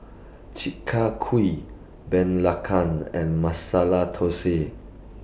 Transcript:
Chi Kak Kuih Belacan and Masala Thosai